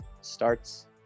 starts